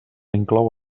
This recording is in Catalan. inclou